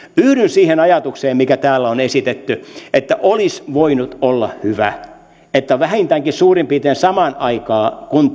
yhdyn siihen ajatukseen mikä täällä on esitetty että olisi voinut olla hyvä että vähintäänkin suurin piirtein samaan aikaan kun